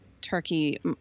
Turkey